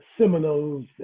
Seminoles